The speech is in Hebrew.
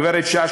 הגברת שאשא,